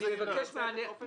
אני עושה את זה באופן שוטף.